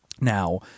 Now